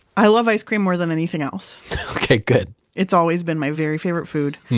i love ice cream more than anything else okay, good it's always been my very favorite food.